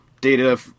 Data